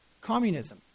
communism